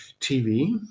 TV